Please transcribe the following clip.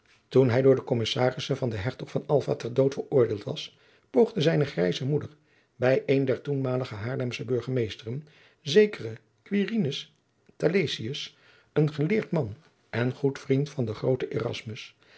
toen hij door de kommissarissen van den hertog van alva ter dood veroordeeld was poogde zijne grijze moeder bij een der toenmalige haarlemsche bugemeesteren zekeren quirinus talesius een geleerd man en goed vriend van den grooten